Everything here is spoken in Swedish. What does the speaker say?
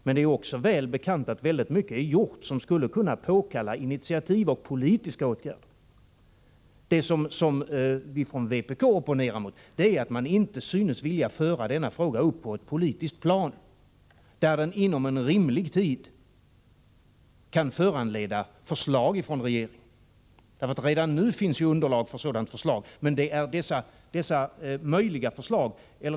Men det är också väl bekant att väldigt mycket är gjort som skulle kunna påkalla politiska initiativ och åtgärder. Det vi från vpk opponerar oss mot är att man inte synes vilja föra denna fråga upp på ett politiskt plan, där den inom rimlig tid kan föranleda förslag från regeringen. Redan nu finns ju underlag för ett sådant förslag.